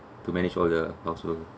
to manage all the housework